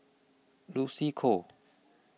Lucy Koh